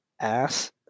ass